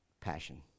passion